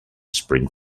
spring